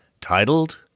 titled